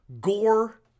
gore